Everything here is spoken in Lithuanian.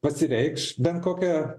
pasireikš bent kokia